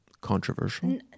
Controversial